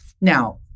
Now